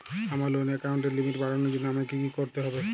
আমার লোন অ্যাকাউন্টের লিমিট বাড়ানোর জন্য আমায় কী কী করতে হবে?